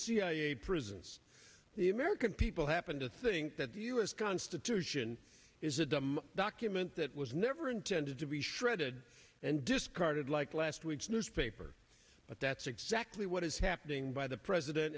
cia prisons the american people happen to think that the us constitution is a dumb document that was never intended to be shredded and discarded like last week's newspaper but that's exactly what is happening by the president